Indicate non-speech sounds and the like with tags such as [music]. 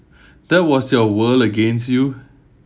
[breath] that was your world against you